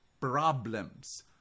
problems